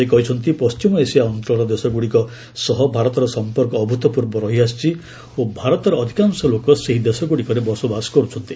ସେ କହିଛନ୍ତି ପଣ୍ଟିମ ଏସିଆ ଅଞ୍ଚଳର ଦେଶଗୁଡ଼ିକ ସହ ଭାରତର ସମ୍ପର୍କ ଅଭ୍ରୁତ୍ୟର୍ବ ରହି ଆସିଛି ଓ ଭାରତର ଅଧିକାଂଶ ଲୋକ ସେହି ଦେଶଗୁଡ଼ିକରେ ବସବାସ କରୁଛନ୍ତି